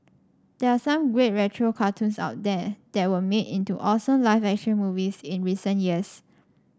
there are some great retro cartoons out there that were made into awesome live action movies in recent years